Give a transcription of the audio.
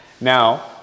now